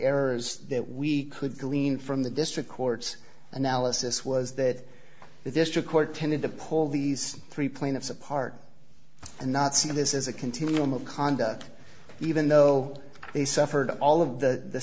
errors that we could glean from the district courts analysis was that the district court tended to pull these three plaintiffs apart and not see this is a continuum of conduct even though they suffered all of the